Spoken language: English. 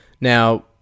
Now